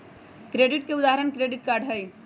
credit के उदाहरण credit card हई